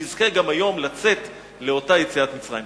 שנזכה גם היום לצאת לאותה יציאת מצרים.